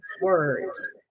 words